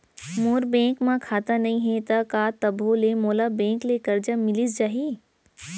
मोर bank म खाता नई हे त का तभो ले मोला बैंक ले करजा मिलिस जाही?